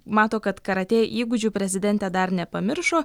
mato kad karatė įgūdžių prezidentė dar nepamiršo